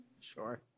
Sure